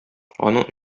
аның